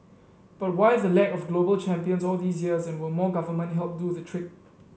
but why the lack of global champions all these years and will more government help do the trick